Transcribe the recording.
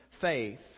faith